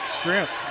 Strength